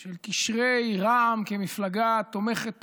של קשרי רע"מ כמפלגה תומכת טרור,